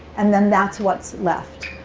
and then that's what left.